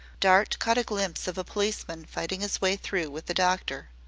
dart caught a glimpse of a policeman fighting his way through with a doctor.